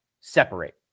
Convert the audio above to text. separate